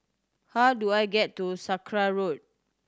how do I get to Sakra Road